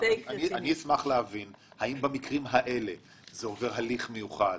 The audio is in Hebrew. אני אשמח להבין האם במקרים האלה זה עובר הליך מיוחד,